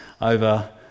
over